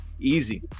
easy